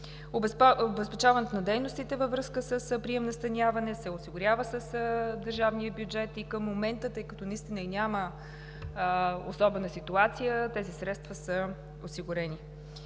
Обезпечаването на дейностите във връзка с прием и настаняване се осигурява с държавния бюджет и към момента, тъй като наистина няма особена ситуация, тези средства са осигурени.